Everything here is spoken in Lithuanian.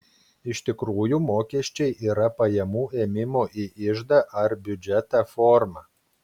iš tikrųjų mokesčiai yra pajamų ėmimo į iždą ar biudžetą forma